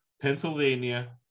Pennsylvania